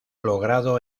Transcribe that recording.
logrado